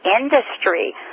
industry